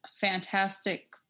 fantastic